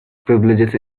privileges